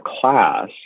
class